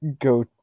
go